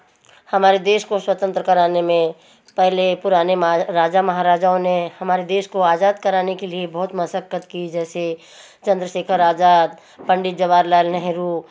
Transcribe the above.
हमारे देश को स्वतंत्र कराने में पहले पुराने महा राज महाराजाओं ने हमारे देश को आज़ाद कराने के लिए बहुत मशक्कत की जैसे चंद्रशेखर आज़ाद पंडित जवाहर लाल नेहरू